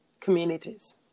communities